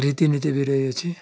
ରୀତିନୀତି ବି ରହିଅଛି